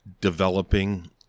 developing